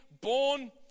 born